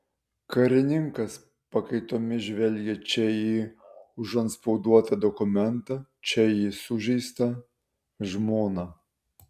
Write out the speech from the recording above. karininkas pakaitomis žvelgė čia į užantspauduotą dokumentą čia į sužeistą žmoną